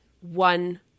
one